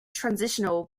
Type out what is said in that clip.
transitional